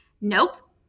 Nope